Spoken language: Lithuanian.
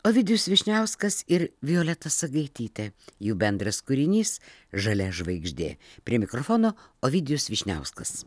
ovidijus vyšniauskas ir violeta sagaitytė jų bendras kūrinys žalia žvaigždė prie mikrofono ovidijus vyšniauskas